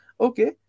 okay